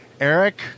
Eric